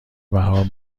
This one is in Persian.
بهار